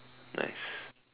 nice